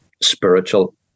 spiritual